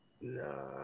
No